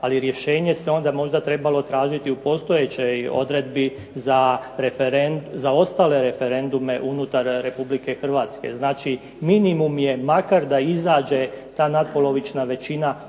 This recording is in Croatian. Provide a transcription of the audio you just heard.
ali rješenje se onda možda trebalo tražiti u postojećoj odredbi za ostale referendume unutar Republike Hrvatske, znači minimum je makar da izađe ta natpolovična većina upisanih